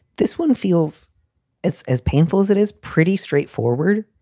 this one feels it's as painful as it is. pretty straightforward.